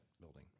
building